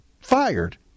fired